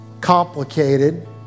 complicated